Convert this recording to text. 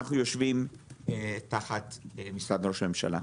אנחנו יושבים תחת משרד ראש הממשלה.